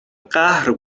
قهر